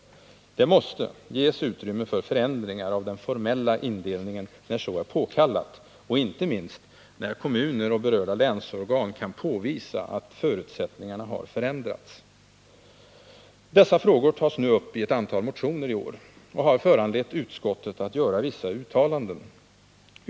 Det måste ges utrymme för förändringar av den formella indelningen när så är påkallat, och inte minst när kommuner och berörda länsorgan kan påvisa att förutsättningarna har förändrats. Dessa frågor tas uppi ett antal motioner i år, och de har föranlett utskottet att göra vissa uttalanden.